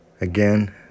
Again